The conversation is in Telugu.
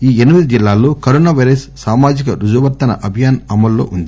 ఈ ఎనిమిది జిల్లాల్లో కరోనా పైరస్ సామాజిక రుజువర్తన అభియాస్ అమల్లో ఉంది